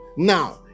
now